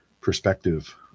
perspective